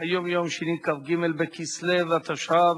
היום יום שני, כ"ג בכסלו התשע"ב,